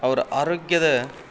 ಅವರ ಆರೋಗ್ಯದ